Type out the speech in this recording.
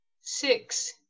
Six